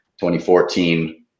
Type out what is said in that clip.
2014